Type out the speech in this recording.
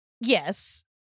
Yes